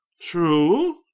True